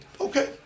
Okay